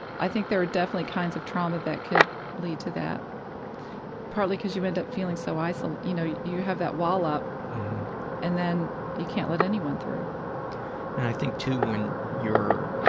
i think there are definitely kinds of trauma that could lead to that probably because you end up feeling so isolated so you know, you you have that wall up and then you can't let anyone through. and i think, too, when your